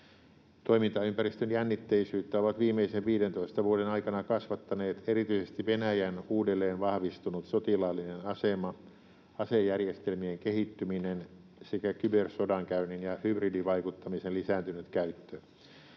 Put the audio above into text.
Toimintaympäristön jännitteisyyttä ovat viimeisen 15 vuoden aikana kasvattaneet erityisesti Venäjän uudelleen vahvistunut sotilaallinen asema, asejärjestelmien kehittyminen sekä kybersodankäynnin ja hybridivaikuttamisen lisääntynyt käyttö.